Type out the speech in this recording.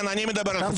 כן, אני מדבר על חצופים.